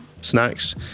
snacks